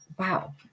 Wow